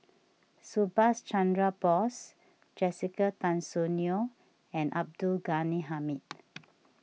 Subhas Chandra Bose Jessica Tan Soon Neo and Abdul Ghani Hamid